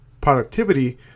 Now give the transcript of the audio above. productivity